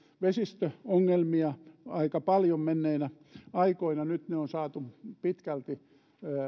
vesistöongelmia aika paljon menneinä aikoina nyt ne on saatu pitkälti